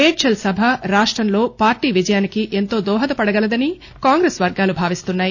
మేడ్చల్ సభ రాష్టంలో పార్టీ విజయానికి ఎంతో దోహదపడగలదని కాంగ్రెస్ వర్గాలు భావిస్తున్నాయి